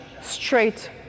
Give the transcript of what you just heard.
straight